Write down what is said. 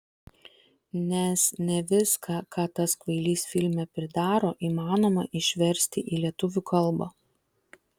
nes ne viską ką tas kvailys filme pridaro įmanoma išversti į lietuvių kalbą